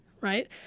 right